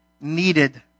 needed